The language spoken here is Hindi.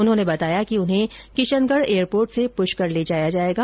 उन्होंने बताया कि उन्हें किशनगढ़ एयरपोर्ट से पुष्कर ले जाया जाएगा